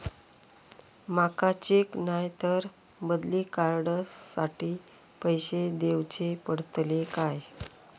माका चेक नाय तर बदली कार्ड साठी पैसे दीवचे पडतले काय?